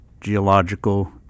geological